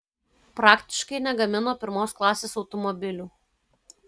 praktiškai negamino pirmos klasės automobilių